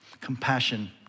Compassion